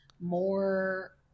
more